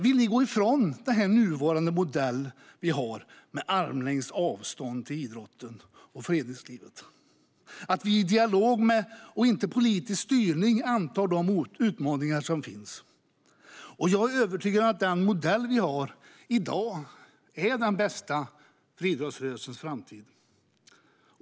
Vill ni gå ifrån den nuvarande modell vi har med armlängds avstånd till idrotten och föreningslivet? Vi antar de utmaningar som finns i dialog och inte genom politisk styrning. Jag är övertygad om att den modell vi har i dag är den bästa för idrottsrörelsens framtid.